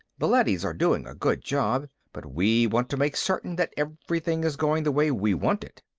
the leadys are doing a good job, but we want to make certain that everything is going the way we want it.